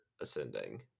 ascending